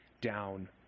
down